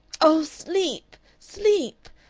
oh, sleep! sleep!